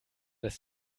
dass